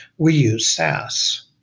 we use sas.